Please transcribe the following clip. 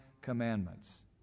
commandments